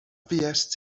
fuest